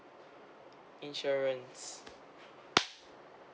insurance